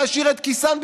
להעשיר את כיסן,